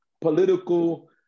political